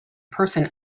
person